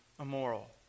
immoral